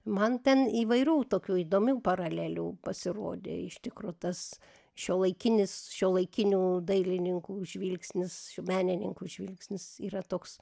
man ten įvairių tokių įdomių paralelių pasirodė iš tikro tas šiuolaikinis šiuolaikinių dailininkų žvilgsnis šių menininkų žvilgsnis yra toks